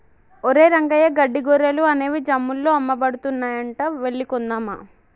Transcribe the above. ఒరేయ్ రంగయ్య గడ్డి గొర్రెలు అనేవి జమ్ముల్లో అమ్మబడుతున్నాయంట వెళ్లి కొందామా